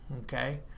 Okay